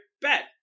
bet